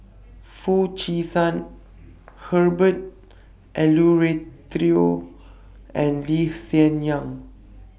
Foo Chee San Herbert Eleuterio and Lee Hsien Yang